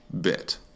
bit